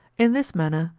in this manner,